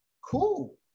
Cool